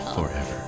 Forever